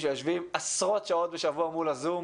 שיושבים עשרות שעות בשבוע מול הזום.